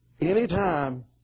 anytime